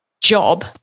job